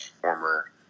former